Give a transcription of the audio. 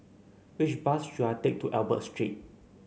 which bus should I take to Albert Street